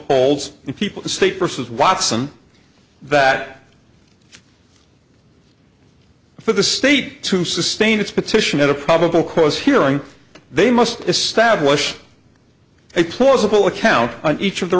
holds people the state versus watson that for the state to sustain its petition at a probable cause hearing they must establish a plausible account on each of the